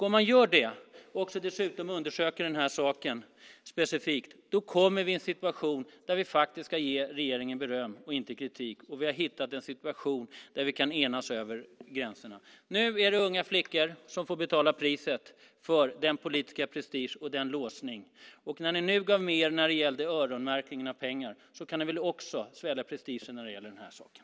Om man gör det och dessutom undersöker den här saken specifikt kommer vi i en situation där vi faktiskt ska ge regeringen beröm och inte kritik. Då har vi hittat en situation där vi kan enas över gränserna. Nu är det unga flickor som får betala priset för den här politiska prestigen och låsningen. När ni nu gav med er när det gällde öronmärkningen av pengar kan ni väl också svälja prestigen när det gäller den här saken.